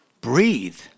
breathe